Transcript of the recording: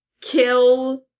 kill